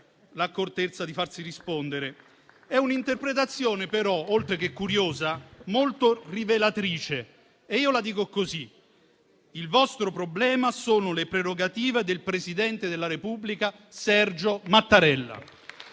l'accortezza di farsi rispondere. È un'interpretazione però, oltre che curiosa, molto rivelatrice, e io la dico così: il vostro problema sono le prerogative del presidente della Repubblica Sergio Mattarella.